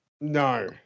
No